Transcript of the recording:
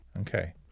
Okay